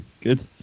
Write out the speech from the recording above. good